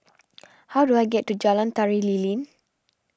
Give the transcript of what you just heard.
how do I get to Jalan Tari Lilin